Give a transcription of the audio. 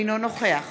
אינו נוכח